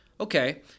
Okay